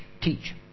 teach